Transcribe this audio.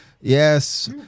Yes